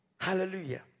hallelujah